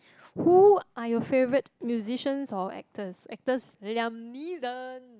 who are your favourite musicians or actors actors Liam-Neeson